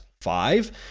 Five